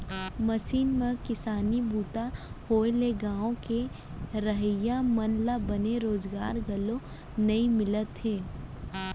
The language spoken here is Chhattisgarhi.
मसीन म किसानी बूता होए ले गॉंव के रहवइया मन ल बने रोजगार घलौ नइ मिलत हे